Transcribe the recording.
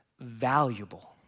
valuable